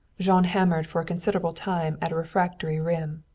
jean hammered for a considerable time at a refractory rim.